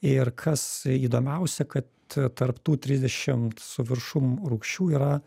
ir kas įdomiausia kad tarp tų trisdešimt su viršum rūgščių yra